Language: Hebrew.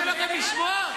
קשה לכם לשמוע?